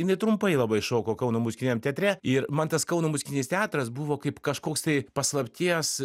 jinai trumpai labai šoko kauno muzikiniam teatre ir man tas kauno muzikinis teatras buvo kaip kažkoks tai paslapties